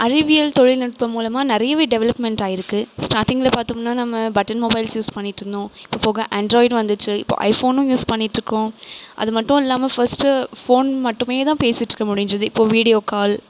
அறிவியல் தொழிநுட்பம் மூலமாக நிறையவே டெவலப்மென்ட் ஆயிருக்கு ஸ்டார்டிங்கில் பார்த்தோம்ன்னா நம்ம பட்டன் மொபைல்ஸ் யூஸ் பண்ணிட்டுருந்தோம் இப்போ போக ஆன்ட்ராய்ட் வந்துச்சு இப்போ ஐஃபோனும் யூஸ் பண்ணிட்டுருக்கோம் அதுமட்டும் இல்லாமல் ஃபர்ஸ்ட்டு ஃபோன் மட்டுமேதான் பேசிட்டிருக்க முடிஞ்சிது இப்போ வீடியோ கால்